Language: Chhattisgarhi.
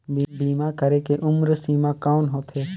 बीमा करे के उम्र सीमा कौन होथे?